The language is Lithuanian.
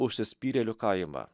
užsispyrėlių kaimą